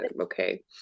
okay